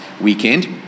weekend